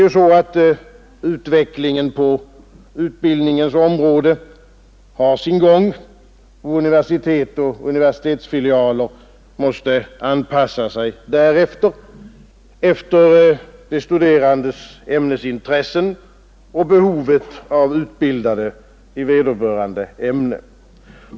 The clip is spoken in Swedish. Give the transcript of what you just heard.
Utvecklingen på utbildningens område har ju sin gång, och universitet och universitetsfilialer måste anpassa sig efter de studerandes ämnesintressen och efter behovet av utbildade i vederbörande ämne.